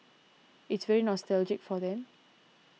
it's very nostalgic for them